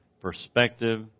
perspective